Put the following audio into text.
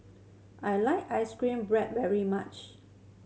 I like ice cream bread very much